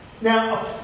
Now